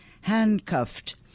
handcuffed